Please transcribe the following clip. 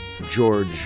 George